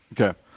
Okay